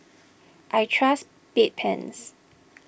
I trust Bedpans